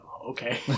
Okay